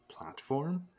platform